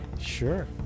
Sure